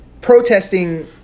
protesting